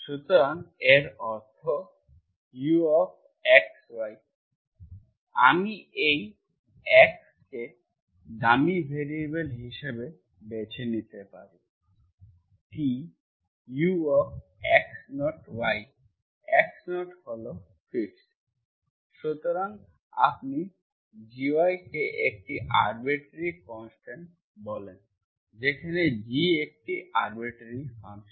সুতরাং এর অর্থ ux yx0xMty dtg আমি এই x কে ডামি ভ্যারিয়েবল হিসাবে বেছে নিতে পারি t ux0y x0হল ফিক্সড সুতরাং আপনি gy কে একটি আরবিট্রারি কনস্ট্যান্ট বলেন যেখানে G একটি আরবিট্রারি ফাংশন